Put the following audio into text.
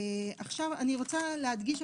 אני רוצה להדגיש,